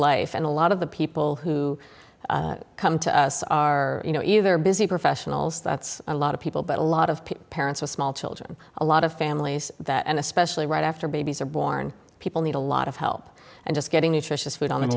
life and a lot of the people who come to us are you know either busy professionals that's a lot of people but a lot of people parents with small children a lot of families that and especially right after babies are born people need a lot of help and just getting nutritious food on